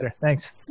Thanks